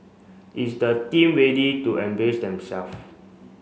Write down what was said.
is the team ready to embrace themself